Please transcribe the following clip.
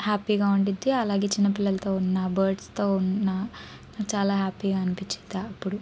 హ్యాపీగా ఉండుద్ది అలాగే చిన్నపిల్లలతో ఉన్న బర్డ్స్తో ఉన్న నాకు చాలా హ్యాపీగా అనిపించేది అప్పుడు